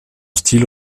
style